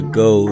go